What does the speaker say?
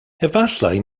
efallai